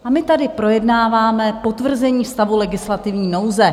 A my tady projednáváme potvrzení stavu legislativní nouze.